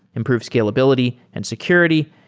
improve scalability and security,